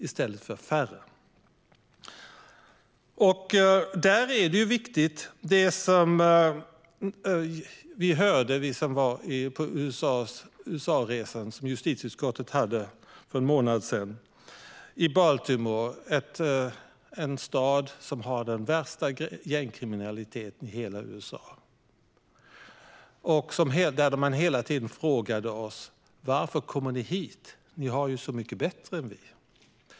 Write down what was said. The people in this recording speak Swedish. Justitieutskottet var på en USA-resa för en månad sedan. Vi besökte då Baltimore, en stad som har den värsta gängkriminaliteten i hela USA. Man frågade oss: Varför kommer ni hit? Ni har det ju så mycket bättre än vi.